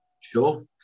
Sure